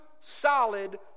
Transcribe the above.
solid